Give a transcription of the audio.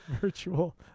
virtual